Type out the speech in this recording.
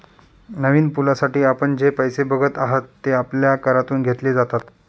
नवीन पुलासाठी आपण जे पैसे बघत आहात, ते आपल्या करातून घेतले जातात